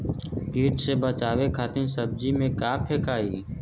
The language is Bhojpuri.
कीट से बचावे खातिन सब्जी में का फेकाई?